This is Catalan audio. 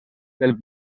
del